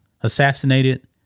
assassinated